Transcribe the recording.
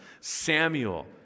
Samuel